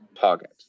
target